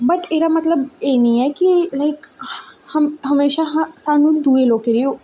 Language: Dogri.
बट एह्दा मतलब एह् निं ऐ कि हम म्हैशा सानूं दूए लोकें दी